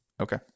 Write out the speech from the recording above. Okay